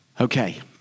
Okay